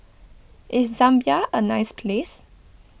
is Zambia a nice place